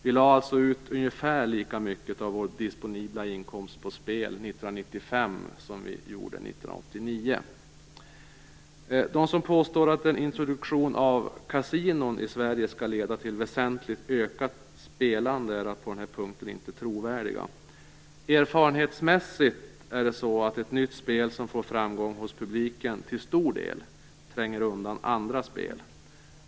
Vi lade alltså ut ungefär lika mycket av vår disponibla inkomst på spel 1995 De som påstår att en introduktion av kasinon i Sverige skall leda till väsentligt ökat spelande är alltså inte trovärdiga. Erfarenhetsmässigt är det så att ett nytt spel som får framgång hos publiken till stor del tränger undan andra spel.